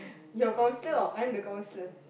your counsellor or I'm the counsellor